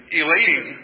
elating